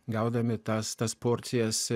gaudami tas tas porcijas